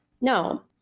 No